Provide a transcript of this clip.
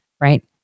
right